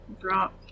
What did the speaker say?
drop